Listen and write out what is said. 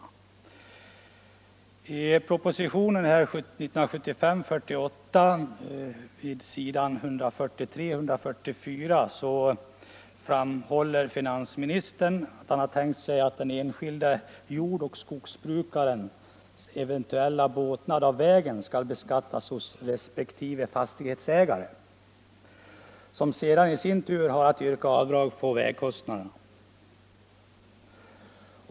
I propositionen 48 år 1975, s. 143 och 144, framgår att finansministern har tänkt sig att den enskilde jordoch skogsbrukarens eventuella båtnad av vägen skall beskattas hos resp. fastighetsägare, som sedan i sin tur har att yrka avdrag för vägkostnaden.